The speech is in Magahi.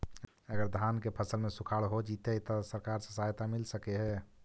अगर धान के फ़सल में सुखाड़ होजितै त सरकार से सहायता मिल सके हे?